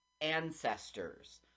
ancestors